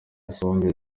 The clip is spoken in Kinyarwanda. isombe